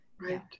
Right